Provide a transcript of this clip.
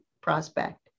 prospect